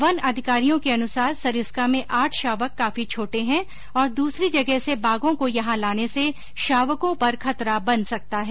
one अधिकारियों के अनुसार सरिस्का में आठ शावक काफी छोटे हैं और दूसरी जगह से बाघों को यहां लाने से शावकों पर खतरा बन सकता है